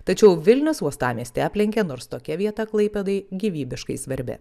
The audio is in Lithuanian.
tačiau vilnius uostamiestį aplenkė nors tokia vieta klaipėdai gyvybiškai svarbi